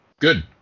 good